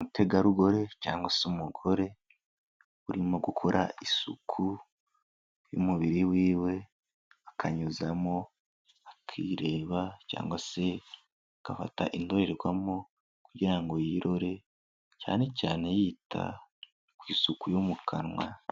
Umutegarugori cyangwa se umugore, urimo gukora isuku y'umubiri wiwe, akanyuzamo akireba cyangwa se agafata indorerwamo kugira ngo yirore, cyane cyane yita ku isuku yo mu kanwa.